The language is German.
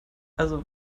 also